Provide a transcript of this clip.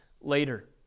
later